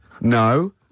No